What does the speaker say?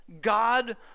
God